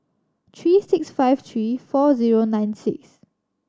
three six five three four zero nine six